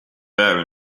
there